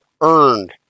earned